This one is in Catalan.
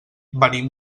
venim